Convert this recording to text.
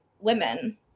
women